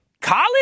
college